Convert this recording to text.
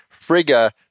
Frigga